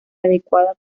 adecuada